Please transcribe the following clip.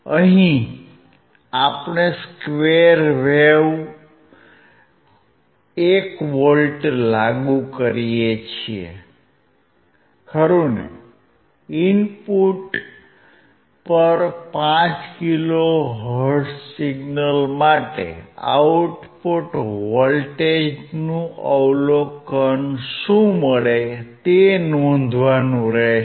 અહિ આપણે square wave 1 volt લાગુ કરીએ છીએ ખરું ઇનપુટ પર 5 કિલોહર્ટ્ઝ સિગ્નલ માટે આઉટપુટ વોલ્ટેજનું અવલોકન શું મળે તે નોંધવાનું રહેશે